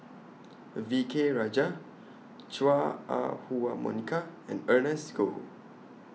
V K Rajah Chua Ah Huwa Monica and Ernest Goh